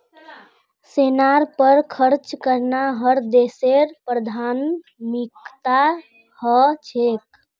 सेनार पर खर्च करना हर देशेर प्राथमिकता ह छेक